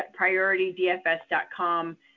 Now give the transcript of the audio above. PriorityDFS.com